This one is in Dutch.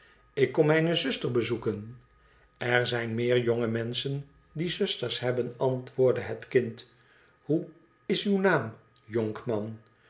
lik kom mijne zuster bezoeken er zijn meer jonge menschen die zusters hebben antwoordde het kind hoe is uw naam